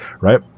right